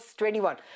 21